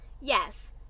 yes